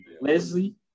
Leslie